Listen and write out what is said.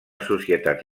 societat